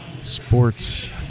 sports